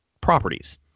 properties